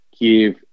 give